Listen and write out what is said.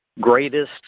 greatest